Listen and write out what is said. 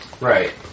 Right